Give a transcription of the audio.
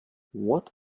what